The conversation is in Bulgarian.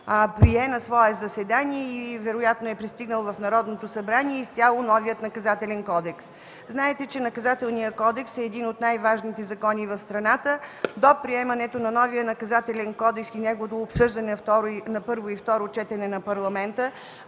прие на свое заседание и вероятно е пристигнал в Народното събрание изцяло новият Наказателен кодекс. Знаете, че Наказателният кодекс е един от най-важните закони в страната. До приемането на новия Наказателен кодекс и неговото обсъждане на първо и второ четене в Парламента